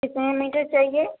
کتنے میٹر چاہیے